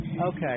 Okay